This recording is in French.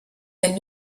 elle